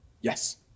Yes